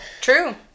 True